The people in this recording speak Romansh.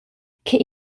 che